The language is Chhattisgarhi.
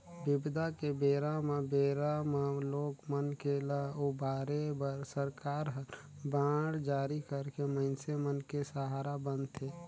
बिबदा के बेरा म बेरा म लोग मन के ल उबारे बर सरकार ह बांड जारी करके मइनसे मन के सहारा बनथे